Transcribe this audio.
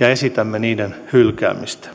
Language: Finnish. ja esitämme niiden hylkäämistä